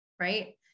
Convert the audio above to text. right